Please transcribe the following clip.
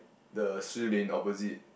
the Shilin opposite